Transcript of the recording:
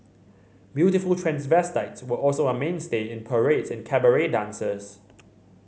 beautiful transvestites were also a mainstay in parades and cabaret dances